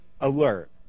alert